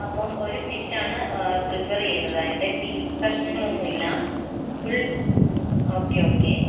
അപ്പം ഒരു ഫിഷ് ആണ് പ്രിഫർ ചെയ്യുന്നത് അതിൻ്റെ പീസ് കഷ്ണങ്ങൾ ഒന്നുമില്ല ഫുൾ ഓക്കേ ഓക്കേ